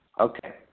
Okay